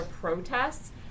protests